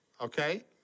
Okay